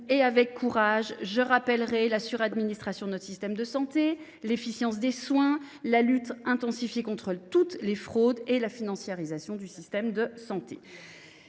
et avec courage, en matière de suradministration de notre système de santé, d’efficience des soins, de lutte contre toutes les fraudes et de financiarisation du système de santé.